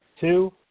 Two